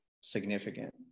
significant